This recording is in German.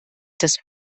das